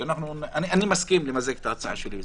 אני מסכים למזג את ההצעה שלי.